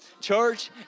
Church